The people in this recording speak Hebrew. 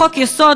בחוק-יסוד,